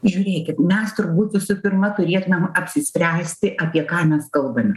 žiūrėkit mes turbūt visų pirma turėtumėm apsispręsti apie ką mes kalbam